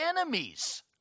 enemies